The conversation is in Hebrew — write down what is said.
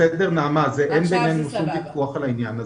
נעמה, אין בינינו שום ויכוח בעניין הזה.